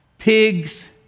Pigs